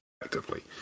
effectively